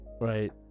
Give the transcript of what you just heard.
Right